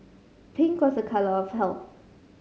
pink was a colour of health